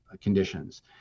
conditions